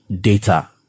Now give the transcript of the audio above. data